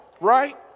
right